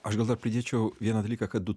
aš gal dar pridėčiau vieną dalyką kad du